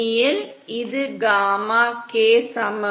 யில் இது காமா kக்கு சமம்